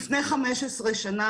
לפני 15 שנה,